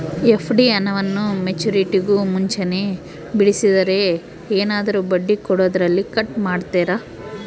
FD ಹಣವನ್ನು ಮೆಚ್ಯೂರಿಟಿಗೂ ಮುಂಚೆನೇ ಬಿಡಿಸಿದರೆ ಏನಾದರೂ ಬಡ್ಡಿ ಕೊಡೋದರಲ್ಲಿ ಕಟ್ ಮಾಡ್ತೇರಾ?